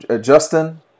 Justin